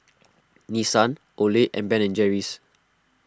Nissan Olay and Ben and Jerry's